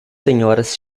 senhoras